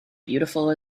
beautiful